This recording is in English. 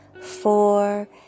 four